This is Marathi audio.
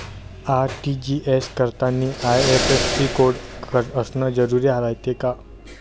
आर.टी.जी.एस करतांनी आय.एफ.एस.सी कोड असन जरुरी रायते का?